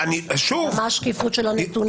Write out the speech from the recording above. ומה עם השקיפות של הנתונים?